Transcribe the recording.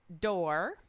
Door